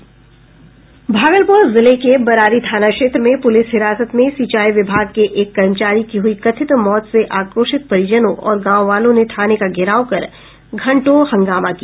भागलपुर जिले के बरारी थाना क्षेत्र में पुलिस हिरासत में सिंचाई विभाग के एक कर्मचारी की हुई कथित मौत से आक्रोशित परिजनों और गांव वालों ने थाने का घेराव कर धंटों हंगामा किया